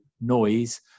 noise